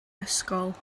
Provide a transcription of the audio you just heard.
ysgol